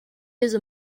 use